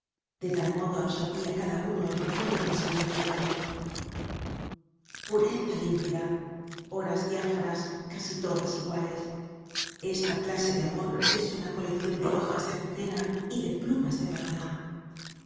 de tal modo absorbia cada uno el profundo pensamiento del otro pureza límpida horas diáfanas casi todas iguales esta clase de amor es una coleccion de hojas de azucena y de plumas de paloma